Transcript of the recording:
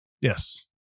yes